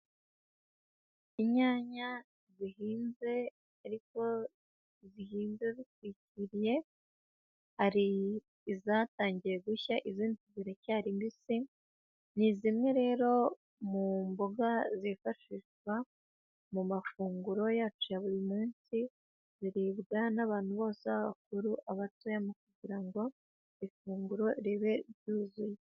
Inyanya zihinze ariko zihinze zitwikiriye, hari izatangiye gushya izindi ziracyari mbisi; ni zimwe rero mu mboga zifashishwa mu mafunguro yacu ya buri munsi, ziribwa n'abantu bose, baba abakuru, abatoya, mu kugira ngo ifunguro ribe ryuzuye.